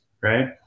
right